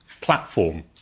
platform